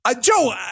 Joe